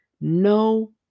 no